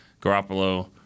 Garoppolo